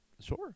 Sure